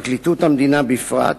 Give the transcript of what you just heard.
פרקליטות המדינה בפרט,